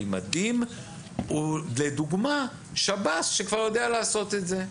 מדים ולדוגמה שירות בתי הסוהר שכבר יודע לעשות את זה.